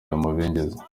amabengeza